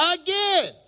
again